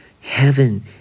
Heaven